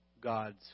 God's